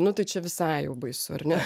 nu tai čia visai jau baisu ar ne